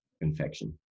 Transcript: infection